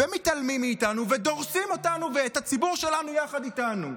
ומתעלמים מאיתנו ודורסים אותנו ואת הציבור שלנו יחד איתנו.